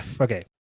okay